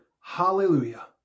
hallelujah